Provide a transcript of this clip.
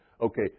Okay